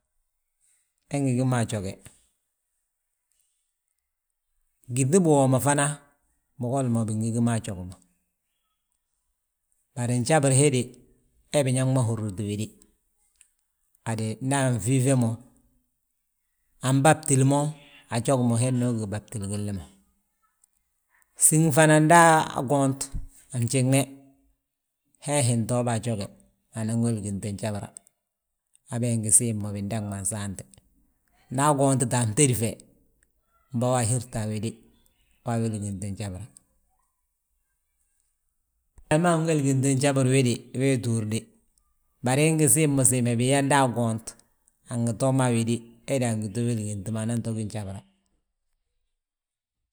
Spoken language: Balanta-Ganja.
He ngi gí mo a joge, gyíŧi biwoo ma fana, bigol ma bingi gí mo a jogi ma. Bari njabir he de, he biñaŋ ma húrriti wéde, hadi nda afife mo, anbabtili mo, a jogi ma hed ma wi gibatili gilli ma. Siŋ fana nda a gont, a fnjiŋne, hee hi ntoo be a joge, anan wéliginti njabira, habe ingi siim mo bindaŋ ma nsaante. Nda aguuntite a fntédi fe, mbo we ahirta a wéde, we awéligenti njabira. Njali ma anwéligentili njabir he de, we itúur de, bari ingi siim mo siime, biyaa nda agont, angi too mo a wéde, hédi angi to wéligentili mo, anan to gí njabira.